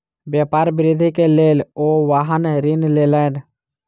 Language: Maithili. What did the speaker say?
व्यापार वृद्धि के लेल ओ वाहन ऋण लेलैन